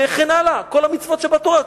וכן הלאה, כל המצוות שבתורה.